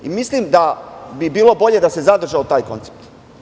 Mislim da bi bilo bolje da se zadržao taj koncept.